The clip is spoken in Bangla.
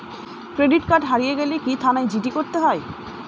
ক্রেডিট কার্ড হারিয়ে গেলে কি থানায় জি.ডি করতে হয়?